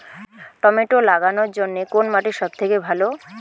Tomato লাগানোর জন্যে কোন মাটি সব থেকে ভালো হবে?